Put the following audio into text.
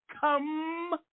come